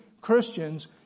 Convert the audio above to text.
Christians